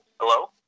Hello